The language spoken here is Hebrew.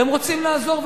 והם רוצים לעזור,